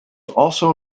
also